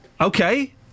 okay